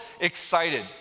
excited